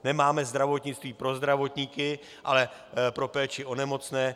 Nemáme zdravotnictví pro zdravotníky, ale pro péči o nemocné.